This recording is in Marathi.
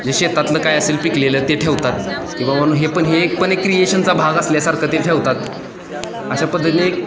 जे शेतातलं काय असेल पिकलेलं ते ठेवतात की बाबानो हे पण हे एक पण एक क्रिएशनचा भाग असल्यासारखं ते ठेवतात अशा पद्धतीनं एक